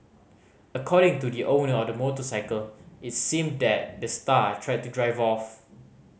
according to the owner of the motorcycle it seemed that the star tried to drive off